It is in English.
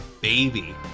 baby